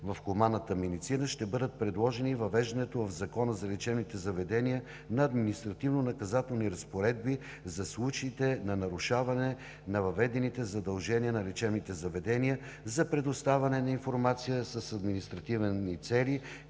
в хуманната медицина ще бъде предложено въвеждането в Закона за лечебните заведения на административнонаказателни разпоредби за случаите на нарушаване на въведените задължения на лечебните заведения за предоставяне на информация с административни цели,